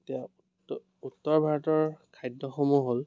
এতিয়া উত্ত উত্তৰ ভাৰতৰ খাদ্যসমূহ হ'ল